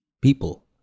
people